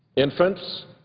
infants,